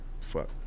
fuck